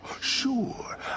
Sure